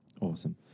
Awesome